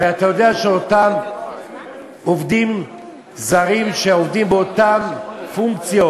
הרי אתה יודע שאותם עובדים זרים שעובדים באותן פונקציות,